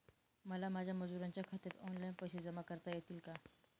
मला माझ्या मजुरांच्या खात्यात ऑनलाइन पैसे जमा करता येतील का?